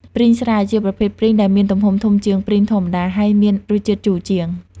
ព្រីងស្រែ ជាប្រភេទព្រីងដែលមានទំហំធំជាងព្រីងធម្មតា ហើយមានរសជាតិជូរជាង។